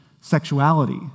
sexuality